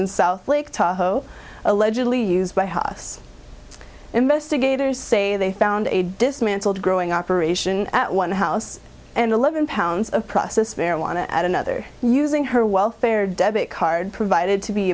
in south lake tahoe allegedly used by hasse investigators say they found a dismantled growing operation at one house and eleven pounds of process marijuana at another using her welfare debit card provided to be